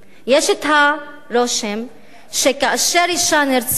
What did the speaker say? יש רושם שכאשר אשה נרצחה,